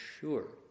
sure